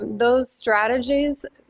those strategies,